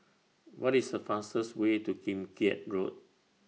What IS The fastest Way to Kim Keat Road